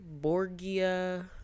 borgia